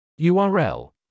URL